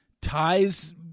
Ties